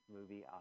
Movie